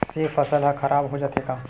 से फसल ह खराब हो जाथे का?